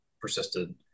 persisted